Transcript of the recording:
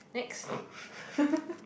next